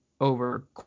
over